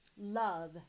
Love